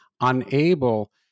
unable